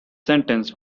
sentence